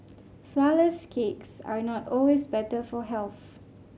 flourless cakes are not always better for health